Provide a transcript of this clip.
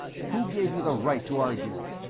who gave you the right to argue?